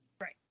right